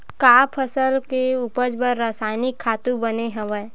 का फसल के उपज बर रासायनिक खातु बने हवय?